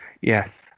Yes